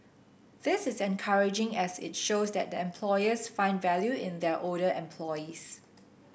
this is encouraging as it shows that employers find value in their older employees